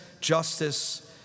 justice